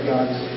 God's